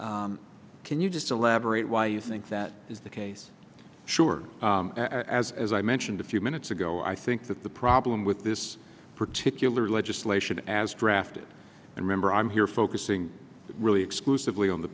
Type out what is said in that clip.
advice can you just elaborate why you think that is the case sure as as i mentioned a few minutes ago i think that the problem with this particular legislation as drafted and remember i'm here focusing really exclusively on the